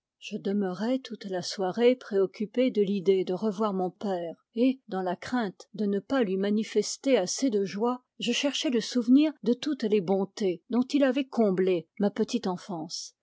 je demeurai toute la soirée préoccupé de l'idée de revoir mon père et dans la crainte de ne pas lui manifester assez de joie je cherchai le souvenir de toutes les bontés dont il avait comblé ma petite enfance